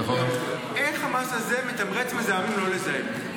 איך המס הזה מתמרץ מזהמים לא לזהם?